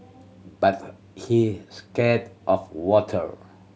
but he scared of water